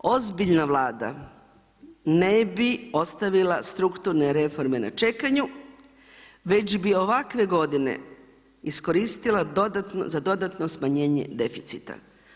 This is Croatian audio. Ozbiljna Vlada ne bi ostavila strukturne reforme na čekanju već bi ovakve godine iskoristila za dodatno smanjenje deficita.